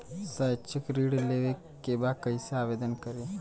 शैक्षिक ऋण लेवे के बा कईसे आवेदन करी?